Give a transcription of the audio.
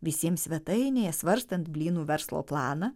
visiems svetainėje svarstant blynų verslo planą